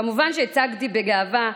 כמובן שהצגתי זאת בגאווה,